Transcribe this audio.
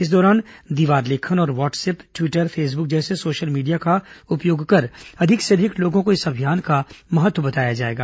इस दौरान दीवार लेखन और वाट्सएप ट्वीटर फेसबुक जैसे सोशल मीडिया का उपयोग कर अधिक से अधिक लोगों को इस अभियान का महत्व बताया जाएगा